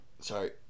Sorry